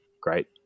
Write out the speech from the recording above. great